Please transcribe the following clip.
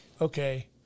okay